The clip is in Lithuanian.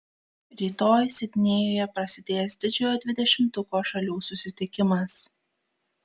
rytoj sidnėjuje prasidės didžiojo dvidešimtuko šalių susitikimas